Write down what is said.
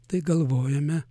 tai galvojame